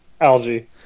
Algae